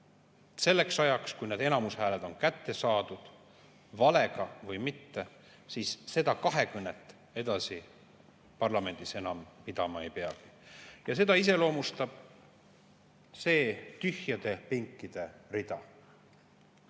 Selleks ajaks, kui need enamushääled on kätte saadud, valega või mitte, siis seda kahekõnet parlamendis enam edasi pidama ei peagi. Seda iseloomustab see tühjade pinkide rida